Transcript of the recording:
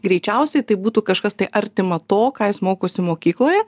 greičiausiai tai būtų kažkas tai artima to ką jis mokosi mokykloje